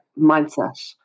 mindset